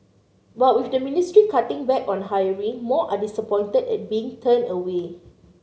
but with the ministry cutting back on hiring more are disappointed at being turned away